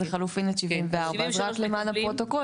אז לחילופין את 74. אז רק למען הפרוטוקול